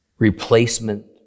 replacement